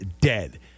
dead